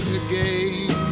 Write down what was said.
again